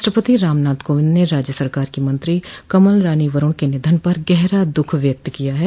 राष्ट्रपति रामनाथ कोविंद ने राज्य सरकार की मंत्री कमल रानी वरूण क निधन पर गहरा दुःख व्यक्त किया है